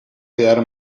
quedar